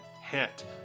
hit